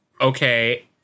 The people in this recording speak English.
Okay